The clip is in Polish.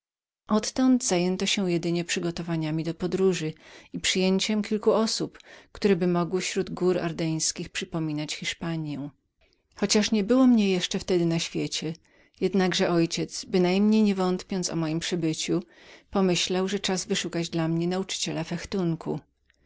odtąd zajęto się jedynie przygotowaniami do podróży i przyjęciem kilku osób któreby mogły śród gór ardeńskich przypominać hiszpaniję chociaż ja niebyłem jeszcze wtedy na świecie jednakże mój ojciec bynajmniej nie wątpiąc o mojem przybyciu pomyślił że czas był wyszukać dla mnie nauczyciela